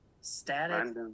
static